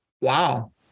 Wow